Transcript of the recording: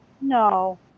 No